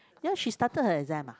ya she started her exam ah